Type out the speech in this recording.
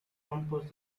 composed